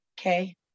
Okay